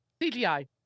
CGI